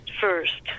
first